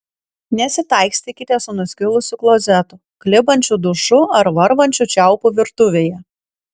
nesitaikstykite su nuskilusiu klozetu klibančiu dušu ar varvančiu čiaupu virtuvėje